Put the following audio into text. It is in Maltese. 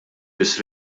biss